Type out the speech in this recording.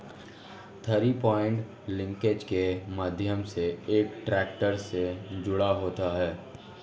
three point linkage के माध्यम से एक ट्रैक्टर से जुड़ा होता है